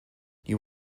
you